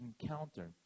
encounter